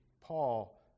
Paul